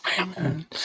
Amen